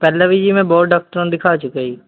ਪਹਿਲਾਂ ਵੀ ਜੀ ਮੈਂ ਬਹੁਤ ਡਾਕਟਰਾਂ ਨੂੰ ਦਿਖਾ ਚੁੱਕਿਆ ਜੀ